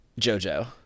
JoJo